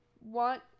want